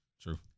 True